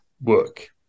work